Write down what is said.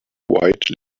white